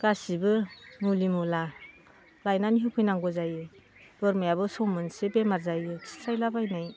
गासैबो मुलि मुला लायनानै होफैनांगौ जायो बोरमायाबो सम मोनसे बेमार जायो खिस्रायलाबायनाय